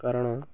କାରଣ